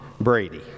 Brady